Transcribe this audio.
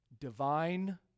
Divine